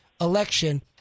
election